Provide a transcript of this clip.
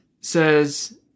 says